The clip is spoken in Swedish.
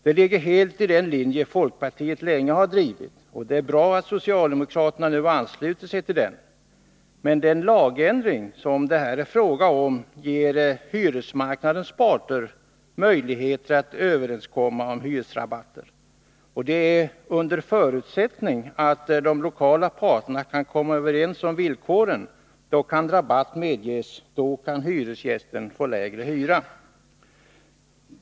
Det är helt enligt den linje som folkpartiet länge har drivit, och det är bra att socialdemokraterna nu ansluter sig till den. Den lagändring som det här är fråga om ger hyresmarknadens parter möjlighet att överenskomma om hyresrabatter. Under förutsättning att de lokala parterna kan komma överens om villkoren kan rabatt medges, då kan hyresgästen få lägre hyra.